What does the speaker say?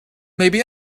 maybe